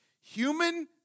Human